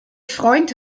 freund